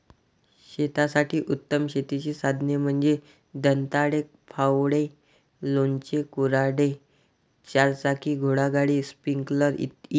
शेतासाठी उत्तम शेतीची साधने म्हणजे दंताळे, फावडे, लोणचे, कुऱ्हाड, चारचाकी घोडागाडी, स्प्रिंकलर इ